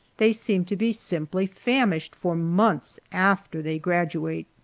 they seem to be simply famished for months after they graduate.